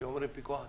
כשאומרים פיקוח הכנסת,